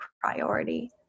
priority